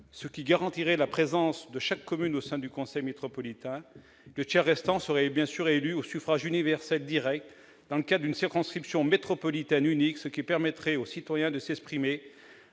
ce qui garantirait la représentation de chaque commune au sein du conseil métropolitain. Le tiers restant serait élu au suffrage universel direct dans le cadre d'une circonscription métropolitaine unique, ce qui permettrait aux citoyens de s'exprimer